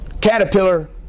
caterpillar